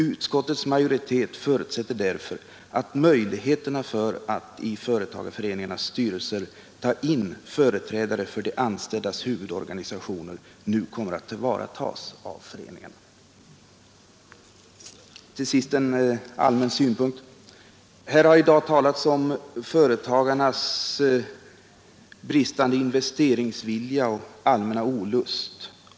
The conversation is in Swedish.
Utskottets majoritet förutsätter därför att möjligheterna att i företagarföreningarnas styrelser ta in företrädare för de anställdas huvudorganisationer nu kommer att tillvaratas av föreningarna. Till sist en allmän synpunkt. Här har i dag talats om företagarnas bristande investeringsvilja och allmänna olust.